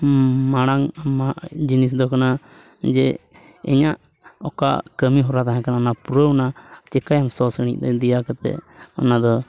ᱢᱟᱲᱟᱝ ᱡᱤᱱᱤᱥ ᱫᱚ ᱠᱟᱱᱟ ᱡᱮ ᱤᱧᱟᱹᱜ ᱚᱠᱟ ᱠᱟᱹᱢᱤ ᱦᱚᱨᱟ ᱛᱟᱦᱮᱸ ᱠᱟᱱᱟ ᱚᱱᱟ ᱯᱩᱨᱟᱹᱣ ᱮᱱᱟ ᱪᱮᱠᱟᱭᱟᱢ ᱥᱚ ᱥᱤᱬᱤᱡ ᱫᱮᱭᱟ ᱠᱟᱛᱮ ᱚᱱᱟ ᱫᱚ